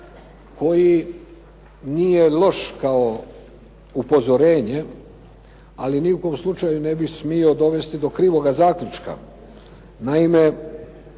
koji nije loš kao upozorenje, ali ni u kom slučaju ne bi smio dovesti do krivoga zaključka.